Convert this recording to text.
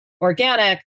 organic